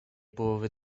połowy